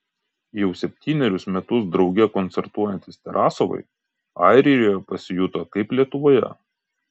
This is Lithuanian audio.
jau septynerius metus drauge koncertuojantys tarasovai airijoje pasijuto kaip lietuvoje